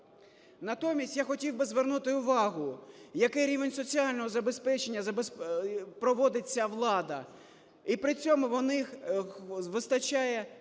Натомість я хотів би звернути увагу, який рівень соціального забезпечення проводить ця влада, і при цьому у них вистачає